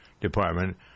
department